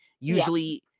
Usually